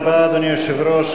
אדוני היושב-ראש,